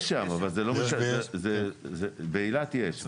יש שם, באילת יש.